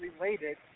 related